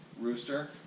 Rooster